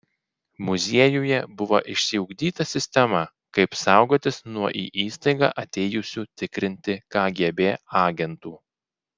muziejuje buvo išsiugdyta sistema kaip saugotis nuo į įstaigą atėjusių tikrinti kgb agentų